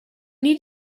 need